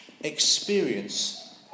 experience